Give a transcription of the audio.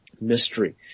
mystery